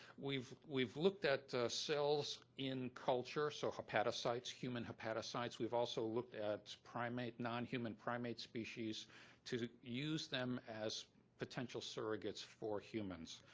we've we've looked at cells in culture, so hepatacytes human hepatacytes we've also looked at nonhuman primate species to use them as potential surrogates for humans.